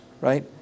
Right